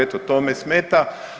Eto to me smeta.